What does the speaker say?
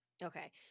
Okay